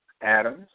Adams